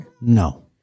No